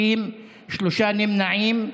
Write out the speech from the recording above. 50, שלושה נמנעים.